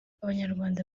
abanyarwanda